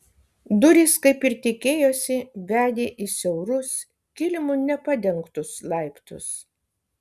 durys kaip ir tikėjosi vedė į siaurus kilimu nepadengtus laiptus